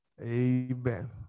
Amen